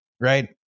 right